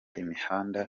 imihanda